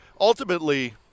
ultimately